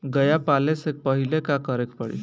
गया पाले से पहिले का करे के पारी?